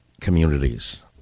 communities